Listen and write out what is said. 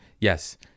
yes